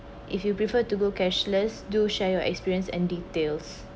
if you prefer to go cashless do share your experience and details